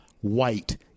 White